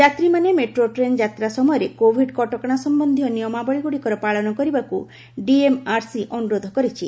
ଯାତ୍ରୀମାନେ metro train ଯାତ୍ରା ସମୟରେ କୋଭିଡ୍ କଟକଣା ସମ୍ପନ୍ଧୀୟ ନିୟମାବଳୀଗୁଡ଼ିକର ପାଳନ କରିବାକୁ ଡିଏମ୍ଆର୍ସି ଅନୁରୋଧ କରିଛି